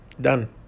done